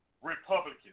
Republican